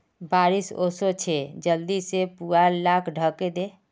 बारिश ओशो छे जल्दी से पुवाल लाक ढके दे